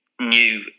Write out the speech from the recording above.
new